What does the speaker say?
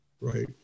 right